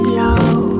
low